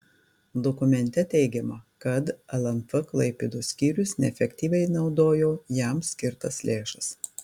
dokumente teigiama kad lnf klaipėdos skyrius neefektyviai naudojo jam skirtas lėšas